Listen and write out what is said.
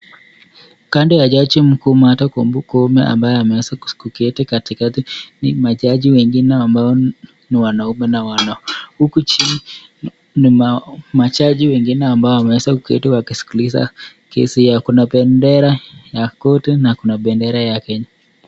Kando ya jaji mkuu Martha Koome ambaye ameweza kuketi katikati ni majaji wengine ambao ni wanaume na wanawake, huku chini ni majaji wengine ambao wameeza kuketi wakisikiliza kesi hiyo, kuna bendera ya koti na kuna bendera ya Kenya.